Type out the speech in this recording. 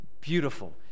beautiful